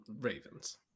Ravens